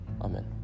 Amen